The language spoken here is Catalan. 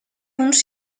uns